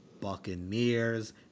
Buccaneers